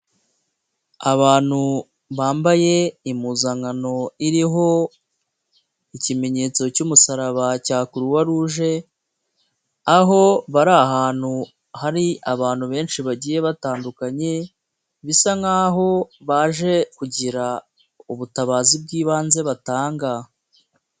Abantu bambaye impuzankano iriho ikimenyetso cy'umusaraba cya Croix Rouge aho bari ahantu hari abantu benshi bagiye batandukanye bisa nkaho baje kugira ubutabazi bw'ibanze batanga.